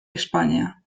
españa